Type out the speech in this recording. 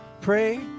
pray